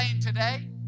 today